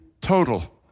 total